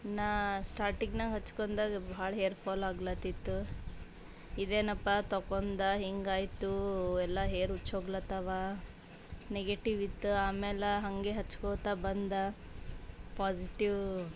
ನಾನು ಸ್ಟಾರ್ಟಿಂಗ್ನಾಗ ಹಚ್ಕೊಂಡಾಗ ಭಾಳ ಹೇರ್ ಫಾಲಾಗ್ಲತಿತ್ತು ಇದೇನಪ್ಪಾ ತೊಕೊಂಡು ಹಿಂಗಾಯಿತು ಎಲ್ಲ ಹೇರ್ ಉಚ್ ಹೋಗ್ಲತ್ತಾವ ನೆಗೆಟಿವಿತ್ತು ಆಮೇಲೆ ಹಾಗೆ ಹಚ್ಕೊಳ್ತಾ ಬಂದ ಪಾಸಿಟಿವ್